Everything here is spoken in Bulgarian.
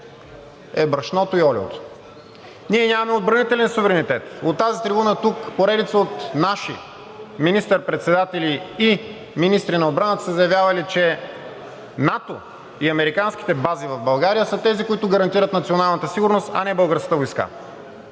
е брашното и олиото. Ние нямаме отбранителен суверенитет. От тази трибуна тук поредица от наши министър-председатели и министри на отбраната са заявявали, че НАТО и американските бази в България са тези, които гарантират националната сигурност, а не българската войска.